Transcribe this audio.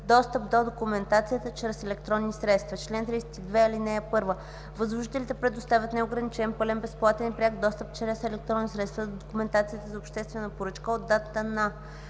„Достъп до документацията чрез електронни средства Чл. 32. (1) Възложителите предоставят неограничен, пълен, безплатен и пряк достъп чрез електронни средства до документацията за обществената поръчка от датата